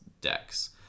decks